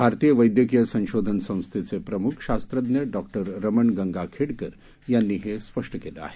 भारतीय वैद्यकीय संशोधन संस्थेचे प्रमुख शास्त्रज्ञ डॉक्टर रमण गंगाखेडकर यांनी हे स्पष्ट केलं आहे